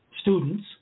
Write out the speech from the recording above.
students